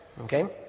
Okay